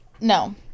No